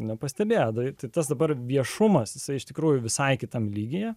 nepastebi adoje tas dabar viešumas jisai iš tikrųjų visai kitam lygyje